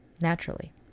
naturally